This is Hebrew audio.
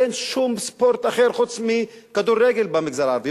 אין שום ספורט אחר חוץ מכדורגל במגזר הערבי.